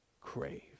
crave